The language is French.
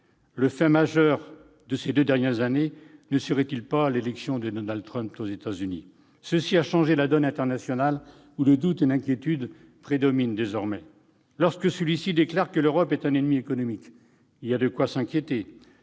Le fait majeur de ces deux dernières années ne serait-il pas l'élection de Donald Trump, aux États-Unis ? Cela a changé la donne internationale, le doute et l'inquiétude dominant désormais. Lorsque Donald Trump déclare que l'Europe est un ennemi économique, il y a de quoi s'inquiéter.